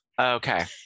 Okay